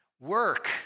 work